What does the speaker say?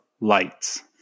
Lights